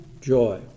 joy